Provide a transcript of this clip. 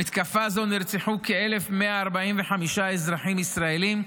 במתקפה זו נרצחו כ-1,145 אזרחים ישראלים,